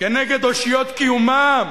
נגד אושיות קיומם,